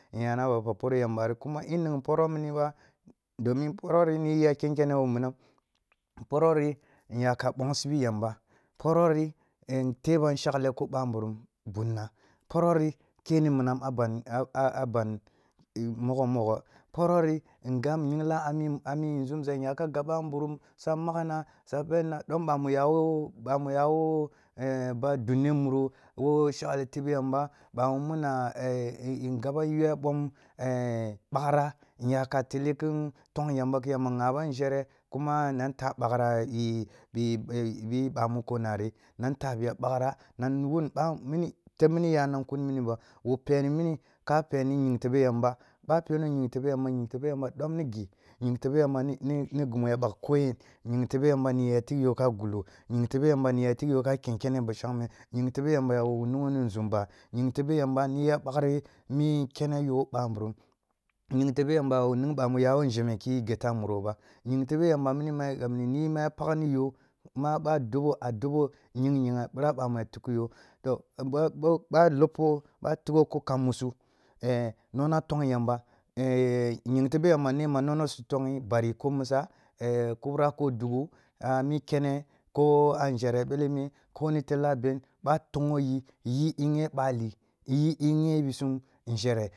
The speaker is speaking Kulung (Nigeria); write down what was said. Nyina a ba pak porhe yamba, kuma nning porho miniba. Domin porho ri niyi ya khekene wo minang. Porho ri nyaka bongsibi yamba, porho ri tebam shakhli ku bam burum buna. Porho ri ke ni minang ban mogho mogho porho ri ngab inyinglang a mi zumza nyaka gab bambrum su magna, sa bennla dhom ъa mu yawo ъa mu yawo ba dunno murhu wo shekle tobe yamba ъa munna in… ngaban iyuwe bhom baghra nyaka tele kin thong yamba ki yamba ghaban nzhere kuma nan ta ye ъa mokho nari nan ta biya baghra, nan wun ъan mini, teb mini wo peni mini ka peni ying tebe yamba ъa peno ying tebe yamba, ying tebe yamba dom ni ghi, ying tebe yamba ni… ni ghi mu ya bal teb ko yen ying tebe yamba nig hi yara bagh ko yen, yin tebe ni yi ya tik yo ka gulo, ying tebe yamba yi ya tik yo ka kenkene ba shangmhe ying tebe yamba ya yuniyo ni nzumba, ying tebe yamba ni ya bakhri mi kene yo wo ъanburum ying tebe yamba nib amu yawo ngheme ki ghete a muro ba, ying tebe yamba mu agabni niyi ma ya bakni yo ma ъo a dobo a dobo ningnyeyge bira bamu ya tukhuyo ghe bo-ba-ba lupo bo a tigho wo kam musu nona thong yamba ying tebe yamba nhe ma nona su kongyi bari ko misa kubra ko dughu, a mi kene ko a nȝhere bele me ko ntella a be, bo a thongwo yi yi inye ъali, yi inye bisum nȝhere.